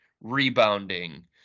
rebounding